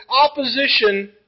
opposition